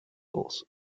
gulls